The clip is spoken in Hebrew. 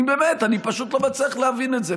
באמת, אני פשוט לא מצליח להבין את זה.